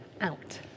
out